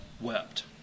Wept